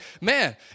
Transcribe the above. man